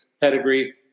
pedigree